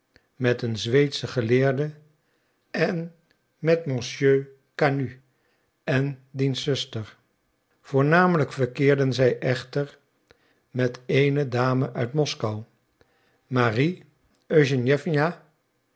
met een zweedsch geleerde en met monsieur canut en diens zuster voornamelijk verkeerden zij echter met eene dame uit moskou marie